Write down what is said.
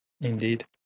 Indeed